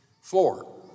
Four